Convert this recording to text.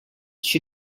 she